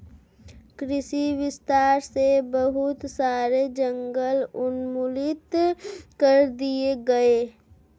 कृषि विस्तार से बहुत सारे जंगल उन्मूलित कर दिए गए